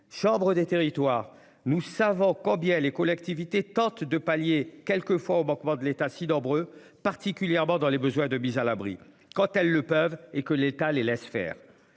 chambre des territoires. Nous savons combien les collectivités tentent de pallier quelques fois aux manquements de l'État Dobre particulièrement dans les besoins de mise à l'abri quand elles le peuvent, et que l'État les laisse faire.